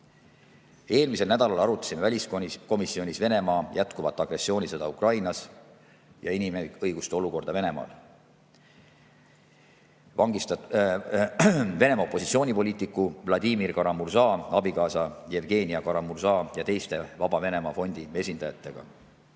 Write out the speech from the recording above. Eelmisel nädalal arutasime väliskomisjonis Venemaa jätkuvat agressioonisõda Ukrainas ja inimõiguste olukorda Venemaal vangistatud Venemaa opositsioonipoliitiku Vladimir Kara-Murza abikaasa Jevgenia Kara-Murza ja teiste Vaba Venemaa Fondi esindajatega.